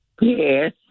Yes